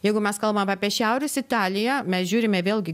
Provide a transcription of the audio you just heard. jeigu mes kalbam apie šiaurės italiją mes žiūrime vėlgi